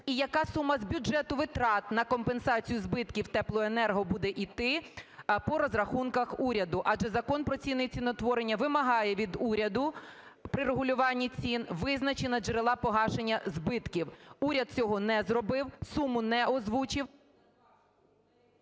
і яка сума з бюджету витрат на компенсацію збитків теплоенерго буде іти по розрахунках уряду, адже Закон "Про ціни і ціноутворення" вимагає від уряду при регулюванні цін визначення джерела погашення збитків. Уряд цього не зробив, суму не озвучив…